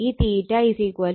ഈ 36